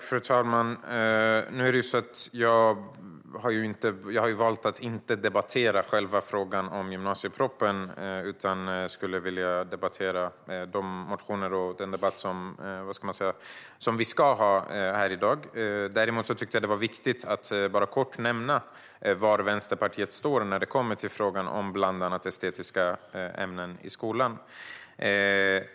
Fru talman! Jag har valt att inte debattera själva gymnasiepropositionen. Jag vill debattera de motioner och det andra som vi ska debattera här i dag. Däremot tyckte jag att det var viktigt att bara kort nämna var Vänsterpartiet står när det gäller frågan om bland annat estetiska ämnen i skolan.